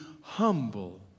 humble